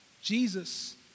Jesus